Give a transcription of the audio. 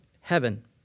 heaven